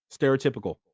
stereotypical